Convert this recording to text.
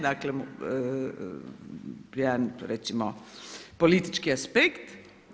Dakle, jedan recimo, politički aspekt.